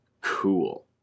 cool